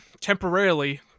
temporarily